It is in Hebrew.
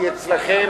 כי אצלכם אין הגינות.